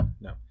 No